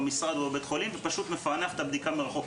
במשרד או בבית חולים ולפענח את הבדיקה מרחוק.